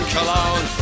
Cologne